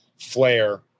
flare